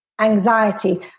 anxiety